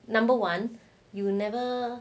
number one you never